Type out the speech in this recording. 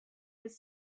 with